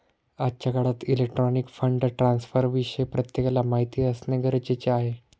आजच्या काळात electronic fund ट्रान्स्फरविषयी प्रत्येकाला माहिती असणे गरजेचे आहे